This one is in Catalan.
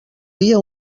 dia